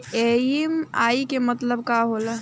EMI के मतलब का होला?